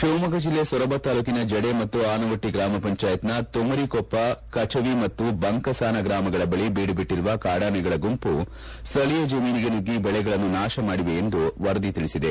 ಶಿವಮೊಗ್ಗ ಜಿಲ್ಲೆ ಸೊರಬ ತಾಲ್ಲೂಕಿನ ಜಡೆ ಮತ್ತು ಆನವಟ್ಟಿ ಗ್ರಾಮ ಪಂಚಾಯತ್ನ ತುಮರಿಕೊಪ್ಪ ಕಚವಿ ಮತ್ತು ಬಂಕಸಾನ ಗ್ರಾಮಗಳ ಬಳಿ ಬೀಡು ಬಿಟ್ಟರುವ ಕಾಡಾನೆಗಳ ಗುಂಪು ಸ್ಥಳೀಯ ಜಮೀನಿಗೆ ನುಗ್ಗಿ ಬೆಳೆಗಳನ್ನು ನಾಶ ಮಾಡಿವೆ ವರದಿ ತಿಳಿಸಿದೆ